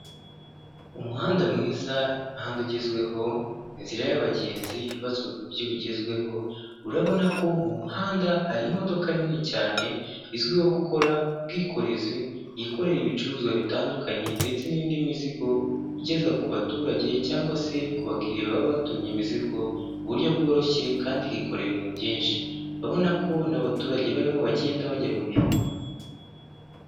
Umuhanda mwiza, umuhanda ugezweho, inzira y'abagenzi yubatswe ku buryo bugezweho. Urabona ko mu muhanda hari imodoka nini cyane izwiho gukora ubwikorezi; yikorera ibicuruzwa bitandukanye ndetse n'indi mizigo igeza ku baturage cyangwa se ku bakiriya baba batumye imizigo, ku buryo bworoshye kandi igakora ibintu byinshi. Urabona ko n'abaturage barimo bagenda bajya mu mirimo.